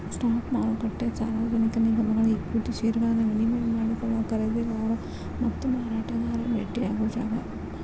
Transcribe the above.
stock ಮಾರುಕಟ್ಟೆ ಸಾರ್ವಜನಿಕ ನಿಗಮಗಳ ಈಕ್ವಿಟಿ ಷೇರುಗಳನ್ನ ವಿನಿಮಯ ಮಾಡಿಕೊಳ್ಳಾಕ ಖರೇದಿದಾರ ಮತ್ತ ಮಾರಾಟಗಾರ ಭೆಟ್ಟಿಯಾಗೊ ಜಾಗ